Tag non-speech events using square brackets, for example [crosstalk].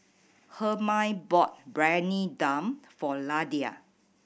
Hermine bought Briyani Dum for [unintelligible]